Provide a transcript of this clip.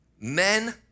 men